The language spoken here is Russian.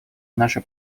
наше